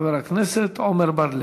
חבר הכנסת עמר בר-לב.